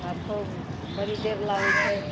आ खुब बड़ी देर लागैत छै